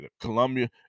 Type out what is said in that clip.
Columbia